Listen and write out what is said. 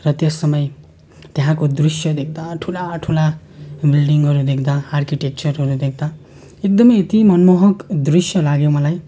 र त्यस समय त्यहाँको दृश्य देख्दा ठुला ठुला बिल्डिङहरू देख्दा आर्किटेक्चरहरू देख्दा एकदमै ती मनमोहक दृश्य लाग्यो मलाई